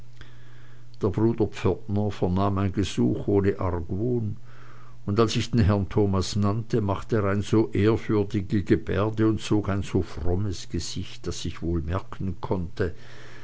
der bruder pförtner vernahm mein gesuch ohne argwohn und als ich den herrn thomas nannte machte er eine so ehrfürchtige gebärde und zog ein so frommes gesicht daß ich wohl merken konnte